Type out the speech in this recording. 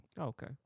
Okay